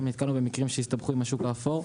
גם נתקלנו במקרים שהסתבכו עם השוק האפור,